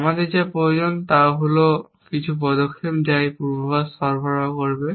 আমাদের যা প্রয়োজন তা হল কিছু পদক্ষেপ যা এই পূর্বাভাস সরবরাহ করবে